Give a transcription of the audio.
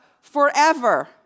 forever